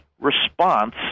response